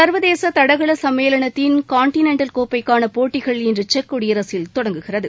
சர்வதேச தடகள சம்மேளனத்தின் காண்டினென்டல் கோப்பைக்கான போட்டிகள் இன்று செக் குடியரசில் தொடங்குகிறது